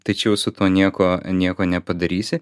tai čia jau su tuo nieko nieko nepadarysi